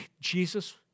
Jesus